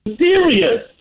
serious